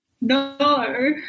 No